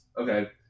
Okay